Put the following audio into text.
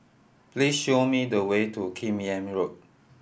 please show me the way to Kim Yam Road